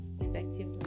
effectively